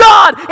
God